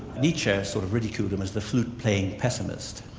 nietzsche sort of ridiculed him as the flute-playing pessimist.